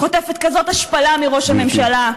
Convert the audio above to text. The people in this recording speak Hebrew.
חוטפת כזאת השפלה מראש הממשלה.